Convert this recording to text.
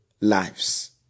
lives